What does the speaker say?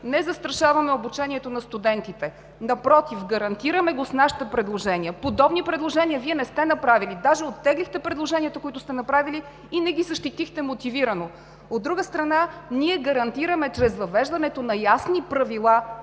не застрашаваме обучението на студентите, напротив – гарантираме го с нашите предложения. Подобни предложения Вие не сте направили. Даже оттеглихте предложенията, които сте направили, и не ги защитихте мотивирано. От друга страна, чрез въвеждането на ясни правила